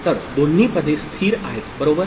तर दोन्ही पदे स्थिर आहेत बरोबर